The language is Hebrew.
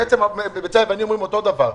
בעצם בצלאל ואני אומרים אותו דבר.